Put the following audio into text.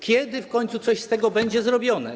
Kiedy w końcu coś z tego będzie zrobione?